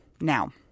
now